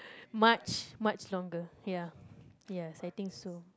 much much longer ya yes I think so